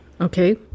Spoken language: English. Okay